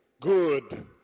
good